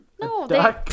No